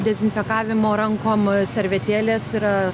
dezinfekavimo rankom servetėlės yra